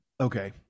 Okay